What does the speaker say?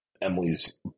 Emily's